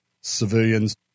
civilians